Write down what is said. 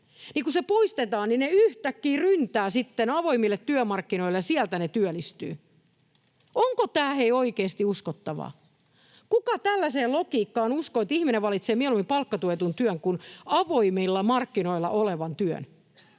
palkkatuetussa työssä, yhtäkkiä ryntäävät avoimille työmarkkinoille ja sieltä työllistyvät, kun se poistetaan? Onko tämä, hei, oikeasti uskottavaa? Kuka tällaiseen logiikkaan uskoo, että ihminen valitsee mieluummin palkkatuetun työn kuin avoimilla markkinoilla olevan työn?